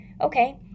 okay